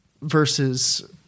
versus